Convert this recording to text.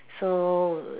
so